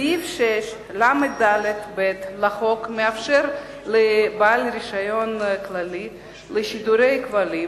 סעיף 6לד(ב) לחוק מאפשר לבעל רשיון כללי לשידורי כבלים